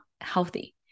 healthy